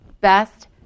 best